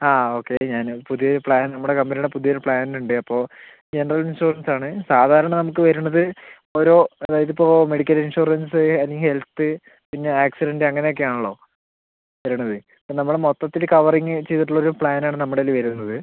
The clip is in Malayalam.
ആ ഓക്കെ ഞാന് പുതിയ പ്ലാൻ നമ്മുടെ കമ്പനിയുടെ പുതിയ ഒര് പ്ലാൻ ഉണ്ട് അപ്പോൾ ജനറൽ ഇൻഷുറൻസ് ആണ് സാധാരണ നമുക്ക് വരണത് ഒരു അതായത് ഇപ്പോൾ മെഡിക്കൽ ഇൻഷുറൻസ് അല്ലെങ്കിൽ ഹെൽത്ത് പിന്നെ ആക്സിഡൻറ്റ് അങ്ങനെ ഒക്കെ ആണല്ലോ വരണത് അപ്പം നമ്മള് മൊത്തത്തില് കവറിംഗ് ചെയ്തിട്ടുള്ള ഒരു പ്ലാനാണ് നമ്മുടെ കയ്യിൽ വരുന്നത്